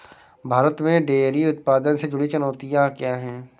भारत में डेयरी उत्पादन से जुड़ी चुनौतियां क्या हैं?